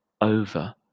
over